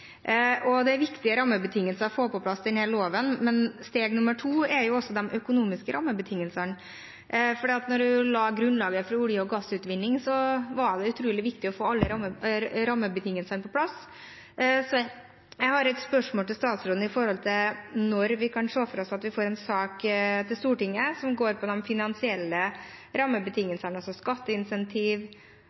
Det er en viktig rammebetingelse å få på plass denne loven, men steg nummer to er jo de økonomiske rammebetingelsene, for da en la grunnlaget for olje- og gassutvinning, var det utrolig viktig å få alle rammebetingelsene på plass. Så jeg har et spørsmål til statsråden: Når vi kan se for oss at vi får en sak til Stortinget som går på de finansielle rammebetingelsene,